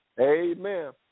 amen